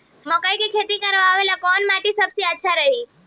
मकई के खेती करेला कैसन माटी सबसे अच्छा रही?